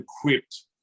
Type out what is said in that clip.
equipped